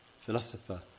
philosopher